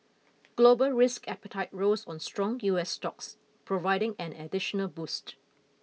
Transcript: gobal risk appetite rose on strong U S stocks providing an additional boost